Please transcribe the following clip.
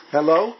Hello